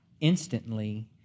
instantly